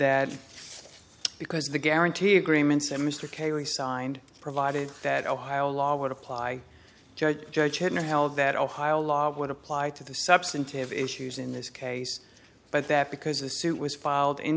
that because the guarantee agreements and mr cayley signed provided that ohio law would apply judge judge had not held that ohio law would apply to the substantive issues in this case but that because the suit was filed in